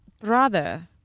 brother